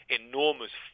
enormous